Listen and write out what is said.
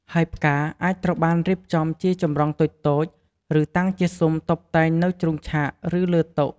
ហើយផ្កាអាចត្រូវបានរៀបចំជាចម្រង់តូចៗ ឬតាងជាស៊ុមតុបតែងនៅជ្រុងឆាក ឬលើតុ។